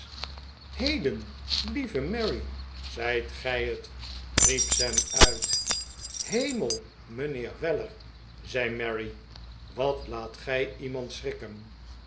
heden lieve mary zijt gij het riep sam uit hemel mijnheer weller zei mary wat laat gij iemand schrikken